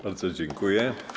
Bardzo dziękuję.